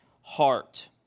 heart